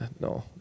no